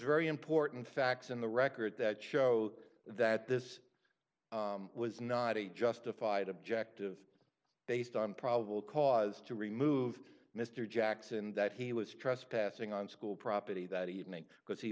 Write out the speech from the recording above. very important facts in the record that show that this was not a justified objective based on probable cause to remove mr jackson that he was trespassing on school property that evening because he